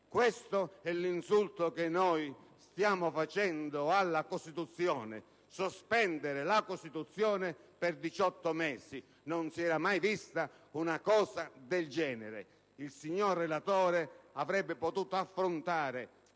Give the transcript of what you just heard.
Questo è l'insulto che stiamo facendo alla Costituzione: sospendere la Costituzione per 18 mesi! Non si era mai vista una cosa del genere! Il signor relatore avrebbe potuto affrontare